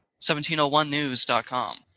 1701news.com